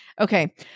okay